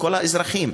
לכל האזרחים,